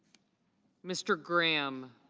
mr. brame.